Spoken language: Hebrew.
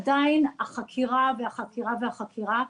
עדיין החקירה והחקירה והחקירה,